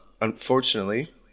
unfortunately